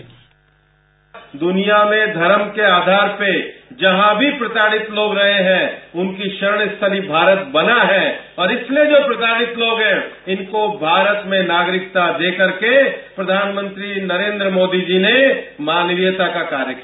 bite दुनिया में धर्म के आधार पर जहां भी प्रताड़ित लोग रहें हैं उनकी शरण स्थली भारत बना है और इसमें जो प्रताड़ित लोग हैं इनको भारत में नागरिकता देकर के प्रधानमंत्री नरेन्द्र मोदी जी ने मानवियता का कार्य किया